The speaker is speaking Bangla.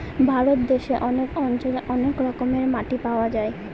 ভারত দেশে অনেক অঞ্চলে অনেক রকমের মাটি পাওয়া যায়